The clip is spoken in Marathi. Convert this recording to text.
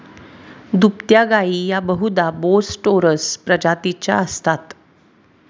दुभत्या गायी या बहुधा बोस टोरस प्रजातीच्या असतात